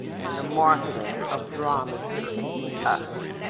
and the marketing of dramas depicting us.